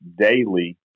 daily